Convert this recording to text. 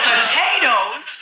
Potatoes